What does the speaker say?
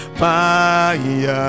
fire